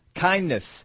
kindness